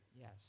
Yes